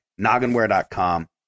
Nogginware.com